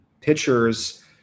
pitchers